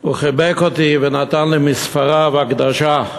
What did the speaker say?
הוא חיבק אותי ונתן לי מספריו עם הקדשה.